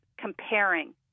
comparing